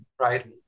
right